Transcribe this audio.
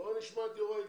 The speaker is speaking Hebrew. נשמע את יו"ר האיגוד.